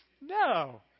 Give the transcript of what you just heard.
No